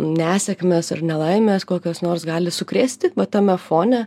nesėkmės ar nelaimės kokios nors gali sukrėsti va tame fone